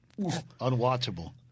unwatchable